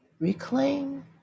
reclaim